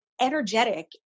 energetic